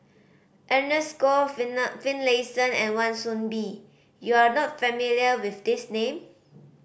Ernest Goh Finlayson and Wan Soon Bee you are not familiar with these name